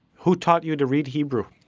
who taught you to read hebrew?